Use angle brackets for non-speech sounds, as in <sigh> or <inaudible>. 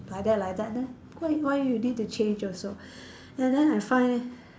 like that like that then why why you need to change also <breath> and then I find